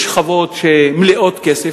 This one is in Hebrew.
יש שכבות שמלאות כסף,